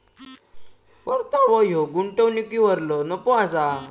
परतावो ह्यो गुंतवणुकीवरलो नफो असा